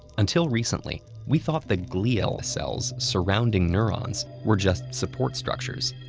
until recently, we thought the glial cells surrounding neurons were just support structures,